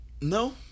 no